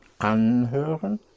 Anhören